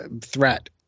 threat